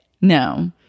No